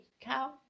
cow